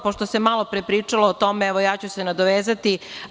Pošto se malo pre pričalo o tome, evo ja ću se nadovezati.